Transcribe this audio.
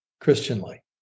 Christianly